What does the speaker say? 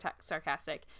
sarcastic